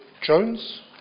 Jones